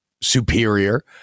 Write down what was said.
superior